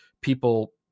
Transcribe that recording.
people